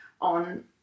on